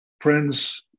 Friends